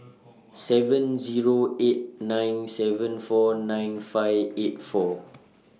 seven Zero eight nine seven four nine five eight four